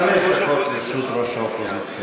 חמש דקות לרשות ראש האופוזיציה.